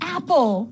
Apple